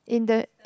in the